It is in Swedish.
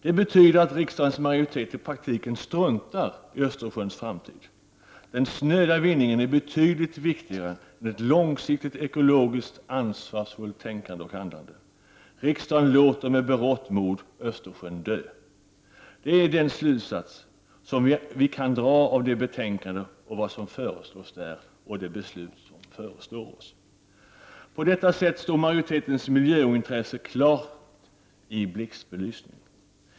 Det betyder att riksdagens majoritet i praktiken struntar i Östersjöns framtid. Den snöda vinningen är betydligt viktigare än ett långsiktigt ekologiskt ansvarsfullt tänkande och handlande. Riksdagen låter med berått mod Östersjön dö. Den slutsatsen kan vi dra av detta betänkande, av vad som föreslås där och av det beslut som förestår. På detta sätt står majoritetens miljöointresse klart i blixtbelysning.